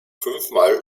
fünfmal